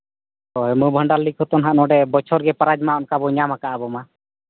ᱱᱳᱵᱷᱟᱱᱰᱟᱨ league ᱦᱚᱛᱚ ᱦᱟᱸᱜ ᱱᱚᱰᱮ ᱵᱚᱪᱷᱚᱨ ᱜᱮ ᱯᱨᱟᱭᱤᱡᱽ ᱵᱚᱱ ᱧᱟᱢ ᱠᱟᱜ ᱟᱵᱚ ᱢᱟ